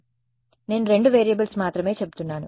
కాబట్టి నేను రెండు వేరియబుల్స్ మాత్రమే చెబుతున్నాను